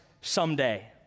someday